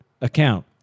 account